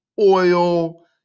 oil